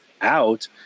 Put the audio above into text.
out